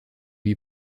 lui